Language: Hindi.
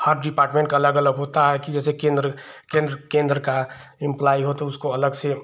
हर डिपार्टमेन्ट का अलग अलग होता है कि जैसे केन्द्र केन्द्र केन्द्र का एम्प्लॉइ हो तो उसको अलग से